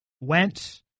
went